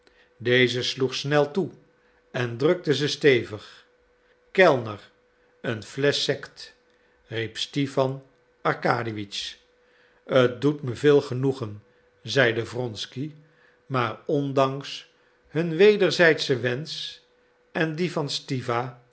deze sloeg snel toe en drukte ze stevig kellner een flesch sect riep stipan arkadiewitsch t doet me veel genoegen zeide wronsky maar ondanks hun wederzijdschen wensch en dien van stiwa